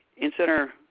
in-center,